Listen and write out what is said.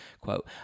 quote